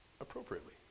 appropriately